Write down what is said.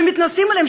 שמתנשאים עליהן,